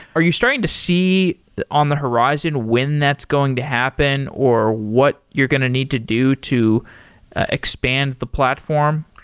are you starting to see on the horizon when that's going to happen or what you're going to need to do to expand the platform?